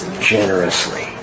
generously